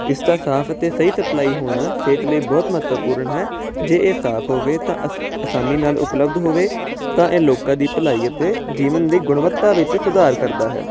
ਇਸ ਦਾ ਸਾਫ਼ ਅਤੇ ਸਹੀ ਸਪਲਾਈ ਹੋਣਾ ਸਿਹਤ ਲਈ ਬਹੁਤ ਮਹੱਤਵਪੂਰਨ ਹੈ ਜੇ ਇਹ ਸਾਫ਼ ਹੋਵੇ ਤਾਂ ਆ ਆਸਾਨੀ ਨਾਲ ਉਪਲੱਬਧ ਹੋਵੇ ਤਾਂ ਇਹ ਲੋਕਾਂ ਦੀ ਭਲਾਈ ਅਤੇ ਜੀਵਨ ਦੀ ਗੁਣਵੱਤਾ ਵਿੱਚ ਸੁਧਾਰ ਕਰਦਾ ਹੈ